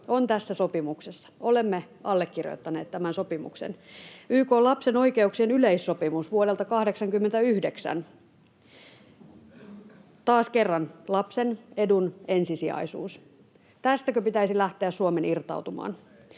on tässä sopimuksessa. Olemme allekirjoittaneet tämän sopimuksen. YK:n lapsen oikeuksien yleissopimus vuodelta 89: taas kerran, lapsen edun ensisijaisuus. Tästäkö pitäisi lähteä Suomen irtautumaan?